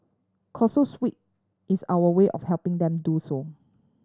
causes week is our way of helping them do so